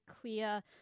clear